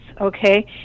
Okay